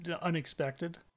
unexpected